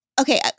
Okay